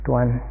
one